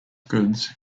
goods